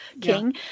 king